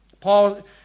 Paul